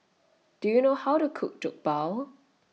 Do YOU know How to Cook Jokbal